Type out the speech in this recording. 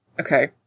okay